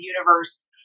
universe